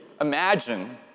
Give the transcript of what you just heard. imagine